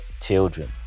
children